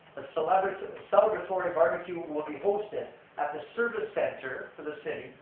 celebratory and celebratory barbecue will be hosted at the service center for the city,